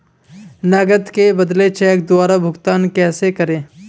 नकद के बदले चेक द्वारा भुगतान कैसे करें?